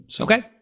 Okay